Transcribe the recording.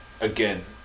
again